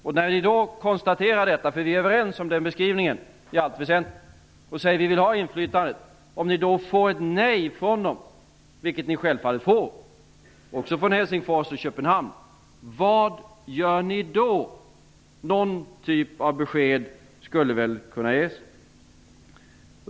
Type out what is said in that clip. Detta kan vi konstatera, för vi är i allt väsentligt överens om den beskrivningen. Om ni sedan säger att ni vill ha inflytandet och ni då får ett nej, vilket ni självfallet får också från Helsingfors och Köpenhamn, vad gör ni då? Någon typ av av besked skulle väl kunna ges.